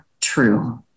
true